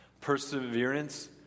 Perseverance